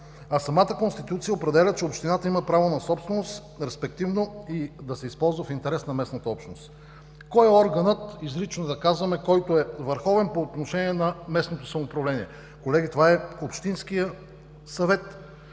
Самата Конституция определя, че общината има право на собственост, респективно, да се използва в интерес на местната общност. Кой е върховният орган по отношение на местното самоуправление? Колеги, това е общинският съвет,